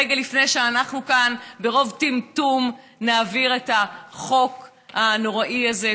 רגע לפני שאנחנו כאן ברוב טמטום נעביר את החוק הנוראי הזה,